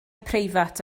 preifat